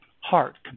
heart